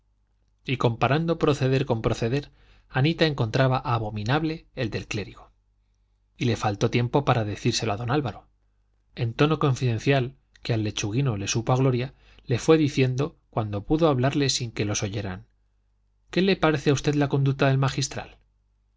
y comparando proceder con proceder anita encontraba abominable el del clérigo y le faltó tiempo para decírselo a don álvaro en tono confidencial que al lechuguino le supo a gloria le fue diciendo cuando pudo hablarle sin que los oyeran qué le parece a usted la conducta del magistral